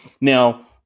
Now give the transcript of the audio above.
Now